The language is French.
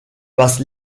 passe